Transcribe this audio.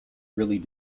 really